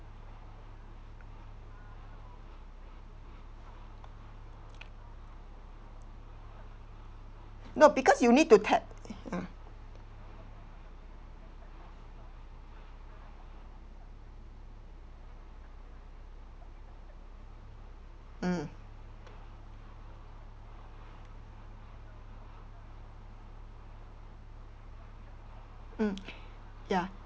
no because you need to tap mm mm mm ya